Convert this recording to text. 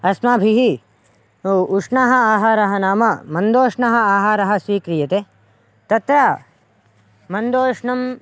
अस्माभिः उष्णः आहारः नाम मन्दोष्णः आहारः स्वीक्रियते तत्र मन्दोष्णम्